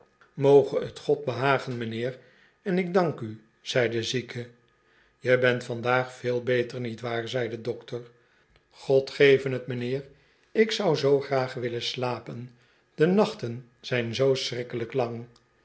moge t god behagen m'nheer en ik dank u zei de zieke je bent vandaag veel beter niet waar zei de dokter god geve t m'nheer ik zou zoo graag willen slapen de nachten zijn zoo schrikkelijk lang